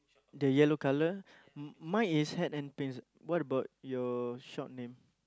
the yellow colour mine is hat and pins what about your shop name